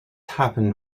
happened